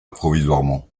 provisoirement